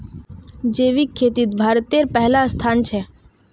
जैविक खेतित भारतेर पहला स्थान छे